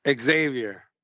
Xavier